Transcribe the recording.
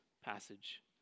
Passage